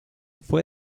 fue